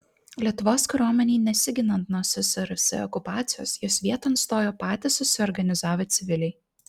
lietuvos kariuomenei nesiginant nuo ssrs okupacijos jos vieton stojo patys susiorganizavę civiliai